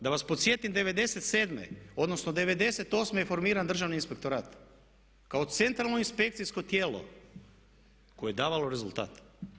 Da vas podsjetim, '97. odnosno '98. je formiran Državni inspektorat kao centralno inspekcijsko tijelo koje je davalo rezultat.